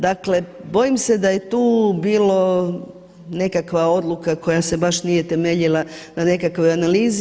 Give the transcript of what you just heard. Dakle, bojim se da je tu bilo nekakva odluka koja se baš nije temeljila na nekakvoj analizi.